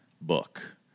book